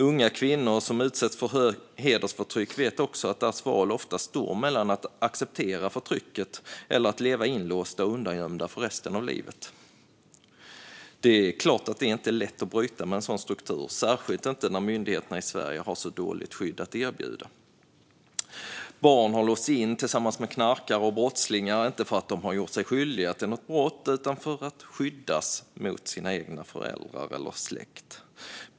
Unga kvinnor som utsätts för hedersförtryck vet också att deras val ofta står mellan att acceptera förtrycket eller att leva inlåsta och undangömda för resten av livet. Det är klart att det inte är lätt att bryta med en sådan struktur, och särskilt inte när myndigheterna i Sverige har så dåligt skydd att erbjuda. Barn har låsts in tillsammans med knarkare och brottslingar, inte för att de har gjort sig skyldiga till något brott utan för att skyddas från sina egna föräldrar eller släktingar.